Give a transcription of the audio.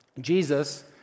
Jesus